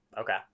Okay